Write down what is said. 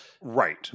right